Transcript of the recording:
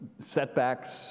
setbacks